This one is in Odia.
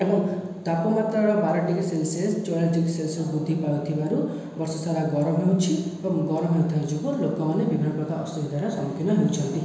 ଏବଂ ତାପମାତ୍ରାର ବାର ଡିଗ୍ରୀ ସେଲସିୟସ୍ ଚଉରାଳିଶ ଡିଗ୍ରୀ ସେଲସିୟସ୍ କୁ ବୃଦ୍ଧି ପାଉଥିବାରୁ ବର୍ଷ ସାରା ଗରମ ହେଉଛି ଏବଂ ଗରମ ହେଉଥିବା ଯୋଗୁଁ ଲୋକମାନେ ବିଭିନ୍ନ ପ୍ରକାରର ଅସୁବିଧାର ସମ୍ମୁଖୀନ ହେଉଛନ୍ତି